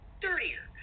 dirtier